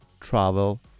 travel